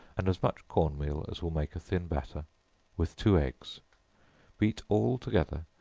and as much corn meal as will make a thin batter with two eggs beat all together,